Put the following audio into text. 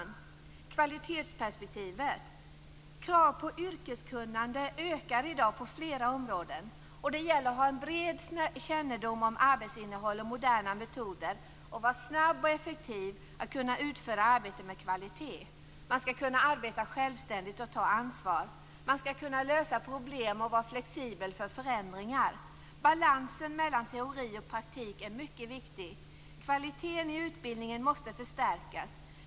När det gäller kvalitetsperspektivet ökar i dag kravet på yrkeskunnande på flera områden. Det gäller att ha bred kännedom om arbetsinnehåll och moderna metoder, att vara snabb och effektiv och att kunna utföra arbete med kvalitet. Man skall kunna arbeta självständigt och ta ansvar. Man skall kunna lösa problem och vara flexibel för förändringar. Balansen mellan teori och praktik är mycket viktig. Kvaliten i utbildningen måste förstärkas.